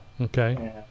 Okay